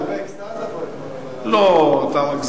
היא היתה באקסטזה פה אתמול, לא, אתה מגזים.